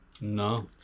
No